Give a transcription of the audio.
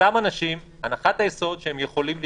אותם אנשים, הנחת היסוד שיכולים להיכנס.